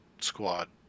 squad